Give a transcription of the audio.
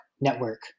network